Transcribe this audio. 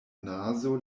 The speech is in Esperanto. nazo